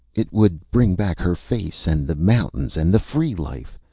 it would bring back her face and the mountains and the free life,